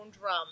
drum